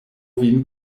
vin